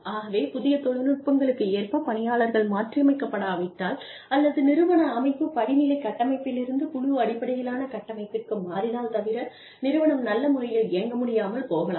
ஆகவே புதிய தொழில்நுட்பங்களுக்கு ஏற்ப பணியாளர்கள் மாற்றியமைக்க படாவிட்டால் அல்லது நிறுவன அமைப்பு படிநிலை கட்டமைப்பிலிருந்து குழு அடிப்படையிலான கட்டமைப்பிற்கு மாறினால் தவிர நிறுவனம் நல்ல முறையில் இயங்க முடியாமல் போகலாம்